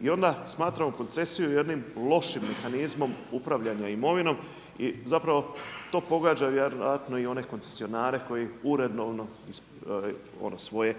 i onda smatramo koncesiju jednim lošim mehanizmom upravljanja imovinom i zapravo to pogađa vjerojatno i one koncesionare koje uredovno svoje